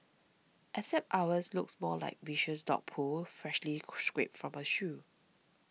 except ours looked more like viscous dog poop freshly scraped from a shoe